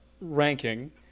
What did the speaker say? ranking